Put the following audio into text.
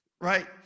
Right